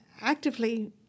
actively